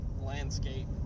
landscape